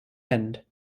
end